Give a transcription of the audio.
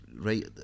right